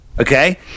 Okay